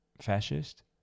fascist